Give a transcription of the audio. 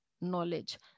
knowledge